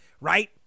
right